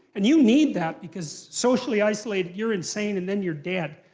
and you need that because socially isolate, you're insane, and then you're dead.